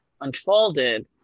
unfolded